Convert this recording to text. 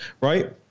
Right